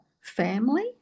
family